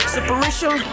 Separation